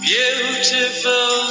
Beautiful